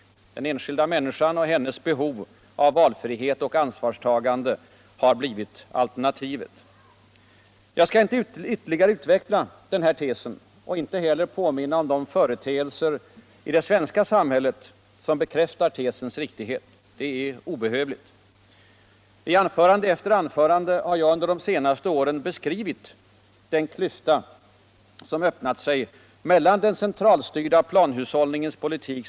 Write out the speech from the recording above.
Den enskilda människan och hennes behov av valtrihet och ansvarsfrihet har blivit alternativet. Jag skall inte vuerligare utveckla denna tes och inte heller redovisa de företeelser i det svenska samhället som bekräftar dess riktighet. Det är obehövligt. I unförande efter anförande har jug, under de senaste åren beskrivit den klyfta som öppnat sig mellan den centralstyrda planhushållningens politik.